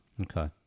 Okay